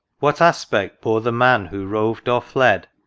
what aspect bore the man who roved or fled,